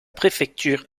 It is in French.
préfecture